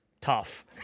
tough